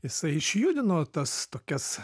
jisai išjudino tas tokias